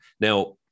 Now